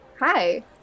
Hi